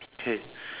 okay